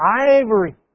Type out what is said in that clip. ivory